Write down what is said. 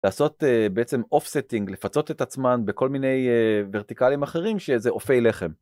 לעשות בעצם אופסטינג, לפצות את עצמן בכל מיני ורטיקלים אחרים שזה אופי לחם.